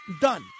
Done